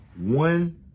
one